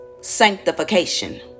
sanctification